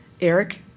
Eric